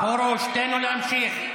פרוש, תן לו להמשיך.